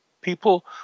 people